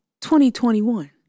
2021